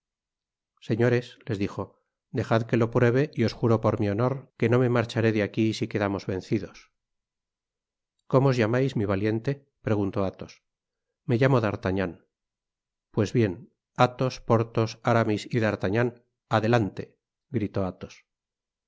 señores les dijo dejad que lo pruebe y os juro por mi honor que no me marcharé de aqui si quedamos vencidos cómo os llamais mi valiente preguntó athos me llamo d'artagnan pues bien athos porthos aramis y d'artagnan adelante gritó athos os